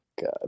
god